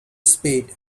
speed